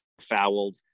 fouled